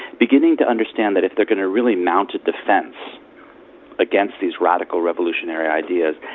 beginning to understand that if they're going to really mount a defence against these radical revolutionary ideas,